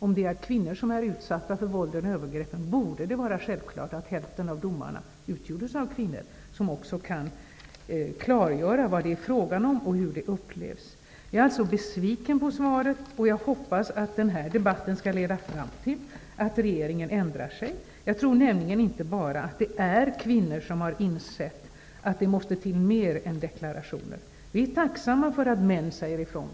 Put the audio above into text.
Om det är kvinnor som är utsatta för våldet och övergreppen borde det vara självklart att hälften av domarna var kvinnor som kan klargöra vad det är frågan om och hur det upplevs. Jag är alltså besviken på svaret, och jag hoppas att denna debatt skall leda fram till att regeringen ändrar sig. Jag tror nämligen inte att det bara är kvinnor som har insett att det måste till mer än deklarationer. Vi är tacksamma för att män säger ifrån.